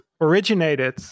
originated